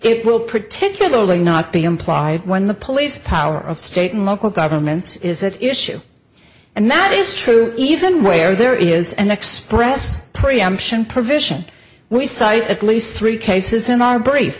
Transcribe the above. it will particularly not be implied when the police power of state and local governments is an issue and that is true even where there is an express preemption provision we cite at least three cases in our brief